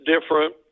different